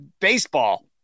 baseball